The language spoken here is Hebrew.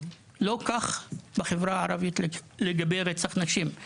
לא כך לגבי רצח נשים בחברה הערבית.